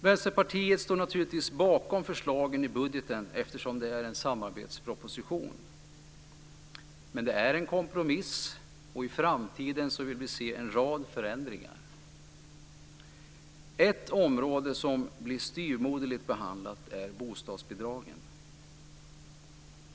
Vänsterpartiet står naturligtvis bakom förslagen i budgeten, eftersom det är en samarbetsproposition. Men det är en kompromiss. I framtiden vill vi se en rad förändringar. Ett område som blir styvmoderligt behandlat är bostadsbidragen.